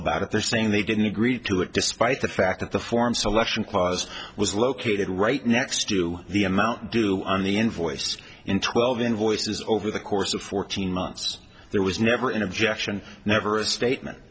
about it they're saying they didn't agree to it despite the fact that the form selection bias was located right next to the amount due on the invoice in twelve invoices over the course of fourteen months there was never an objection never a statement